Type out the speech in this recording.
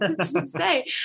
say